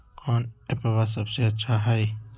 कौन एप्पबा सबसे अच्छा हय?